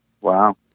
Wow